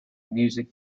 music